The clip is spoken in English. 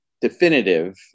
definitive